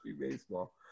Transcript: baseball